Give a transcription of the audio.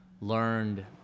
learned